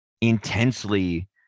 intensely